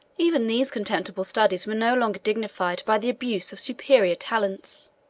even these contemptible studies were no longer dignified by the abuse of superior talents